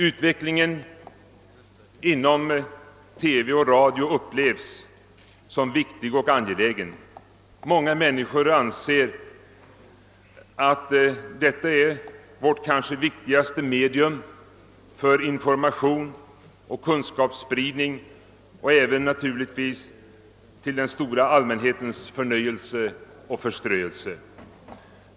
Utvecklingen inom TV och radio upplevs som viktig och angelägen. Många anser att radio och TV är våra viktigaste media för information och kunskapsspridning och även naturligtsvis till den stora allmänhetens förnöjelse och förströelse.